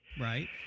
Right